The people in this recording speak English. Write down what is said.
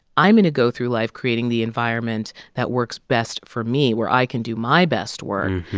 i'm going to go through life creating the environment that works best for me, where i can do my best work,